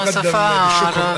יום השפה הערבית,